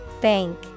Bank